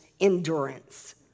endurance